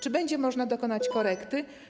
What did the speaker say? Czy będzie można dokonać korekty?